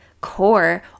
core